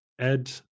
Ed